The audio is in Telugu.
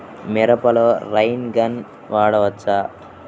మిరపలో రైన్ గన్ వాడవచ్చా?